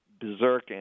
berserk